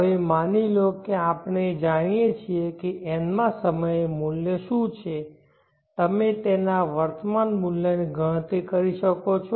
હવે માની લો કે આપણે જાણીએ છીએ કે n માં સમયે મૂલ્ય શું છે તમે તેના વર્તમાન મૂલ્યની ગણતરી કરી શકો છો